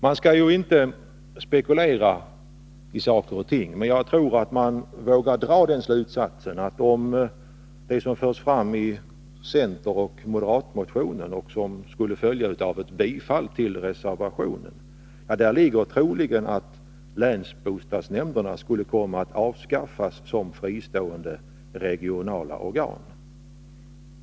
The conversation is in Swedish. Man skall ju inte spekulera, men jag tror att man vågar dra den slutsatsen att ett bifall till det som förs fram i reservationen troligen skulle bli att länsbostadsnämnderna skulle avskaffas som fristående regionala organ.